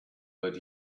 but